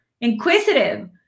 inquisitive